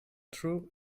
true